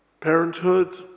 parenthood